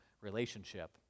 relationship